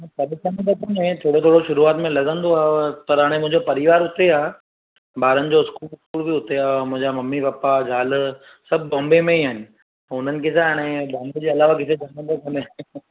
में थोरो थोरो शुरूआति में लॻंदो आहे पर हाणे मुंहिंजो परिवारि हुते आहे बारनि जो स्कूल बि हुते आहे मुंहिंजा मम्मी पप्पा ज़ाल सभु बॉम्बे में ई आहिनि उन्हनि खे छा हाणे बॉम्बे जे अलावा ॿिए किथे वणंदो कोन्हे